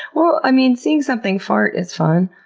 well, i mean, seeing something fart is fun.